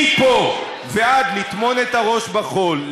מפה ועד לטמון את הראש בחול,